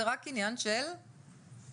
זה רק עניין של תקציב.